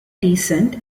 descent